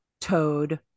toad